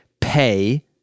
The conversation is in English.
pay